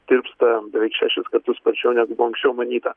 tirpsta beveik šešis kartus sparčiau negu buvo anksčiau manyta